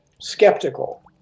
skeptical